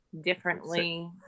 differently